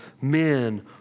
men